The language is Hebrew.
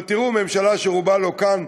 אבל תראו, ממשלה שרובה לא כאן.